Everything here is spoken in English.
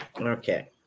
Okay